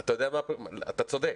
רם, אתה צודק,